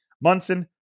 Munson